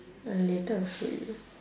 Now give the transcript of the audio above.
I later will show you